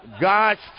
God's